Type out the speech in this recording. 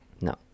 no